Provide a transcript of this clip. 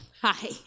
Hi